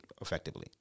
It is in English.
effectively